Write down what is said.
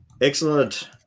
Excellent